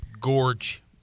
gorge